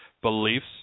beliefs